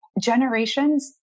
generations